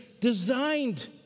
designed